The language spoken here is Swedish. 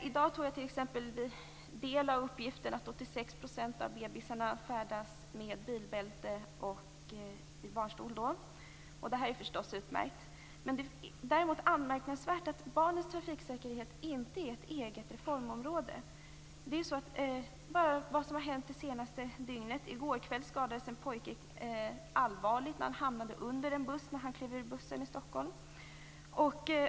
I dag tog jag del av uppgiften att 86 % av babyarna färdas med bilbälte i barnstol. Det är utmärkt. Vad som däremot är anmärkningsvärt är att barnens trafiksäkerhet inte är ett eget reformområde. Jag tänker bara på vad som har hänt det senaste dygnet. I går kväll skadades en pojke allvarligt i Stockholm när han klev av bussen och hamnade under den.